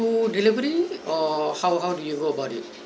~o delivery or how how do you go about it